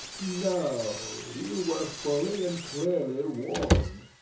no you were fully and clearly warned.